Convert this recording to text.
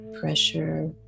pressure